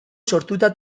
sortuta